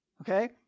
Okay